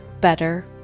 better